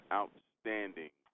outstanding